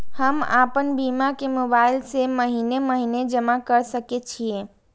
हम आपन बीमा के मोबाईल से महीने महीने जमा कर सके छिये?